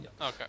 Okay